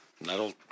That'll